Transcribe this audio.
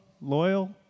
loyal